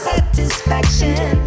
Satisfaction